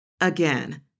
Again